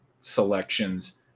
selections